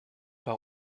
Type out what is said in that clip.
par